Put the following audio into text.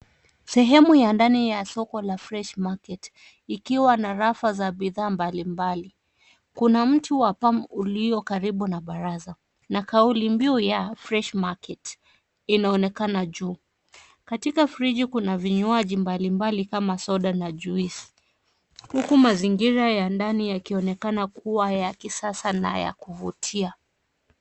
Sehemu ya ndani ya soko la fresh market ikiwa na rafa za bidhaa mbalimbali ,kuna miti wa palm ulio karibu na baraza na kauli mbiu ya' fresh market' inaonekana juu, katika friji kuna vinywaji mbalimbali kama soda na juisi huku mazingira ya ndani yakionekana kuwa ya kisasa na ya kuvutia.